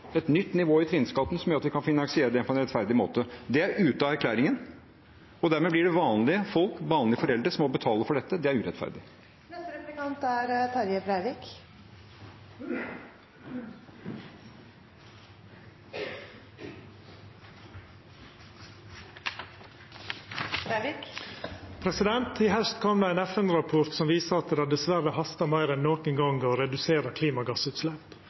et nytt nivå i trinnskatten som gjør at vi kan finansiere det på en rettferdig måte. Det er ute av erklæringen, og dermed blir det vanlige folk, vanlige foreldre som må betale for dette. Det er urettferdig. I haust kom det ein FN-rapport som viser at det dessverre hastar meir enn nokon gong med å redusera klimagassutslepp, utan at det har